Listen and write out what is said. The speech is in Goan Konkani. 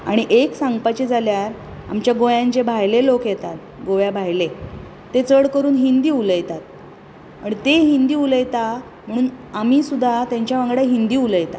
आनी एक सांगपाचें जाल्यार आमच्या गोंयान जे भायले लोक येतात गोव्या भायले ते चड करून हिंदी उलयतात आनी ते हिंदी उलयता म्हुणून आमी सुद्दां तांच्या वांगडा हिंदी उलयता